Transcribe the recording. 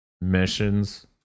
missions